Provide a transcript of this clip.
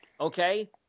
Okay